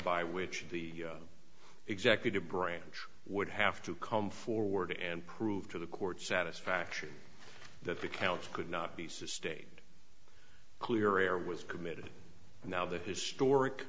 by which the executive branch would have to come forward and prove to the court satisfaction that the counts could not be says stayed clear air was committed and now the historic